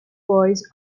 boys